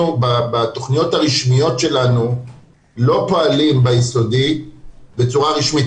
אנחנו בתכניות הרשמיות שלנו לא פועלים ביסודי בצורה רשמית.